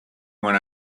when